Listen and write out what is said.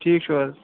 ٹھیٖک چھُ حظ